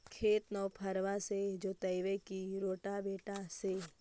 खेत नौफरबा से जोतइबै की रोटावेटर से?